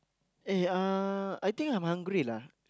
eh uh I think I'm hungry lah